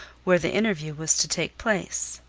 where the interview was to take place.